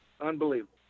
unbelievable